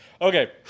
Okay